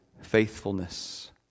faithfulness